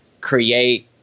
create